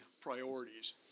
priorities